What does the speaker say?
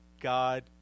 God